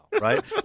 Right